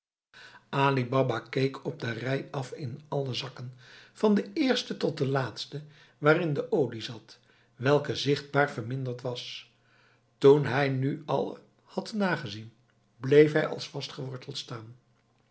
baba keek op de rij af in alle zakken van den eersten tot den laatsten waarin de olie zat welke zichtbaar verminderd was toen hij nu alle had nagezien bleef hij als vastgeworteld staan